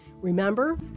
Remember